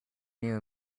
new